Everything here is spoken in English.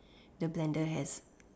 the blender has